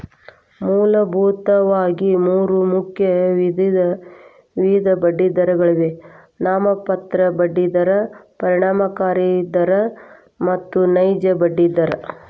ಮೂಲಭೂತವಾಗಿ ಮೂರು ಮುಖ್ಯ ವಿಧದ ಬಡ್ಡಿದರಗಳಿವೆ ನಾಮಮಾತ್ರ ಬಡ್ಡಿ ದರ, ಪರಿಣಾಮಕಾರಿ ದರ ಮತ್ತು ನೈಜ ಬಡ್ಡಿ ದರ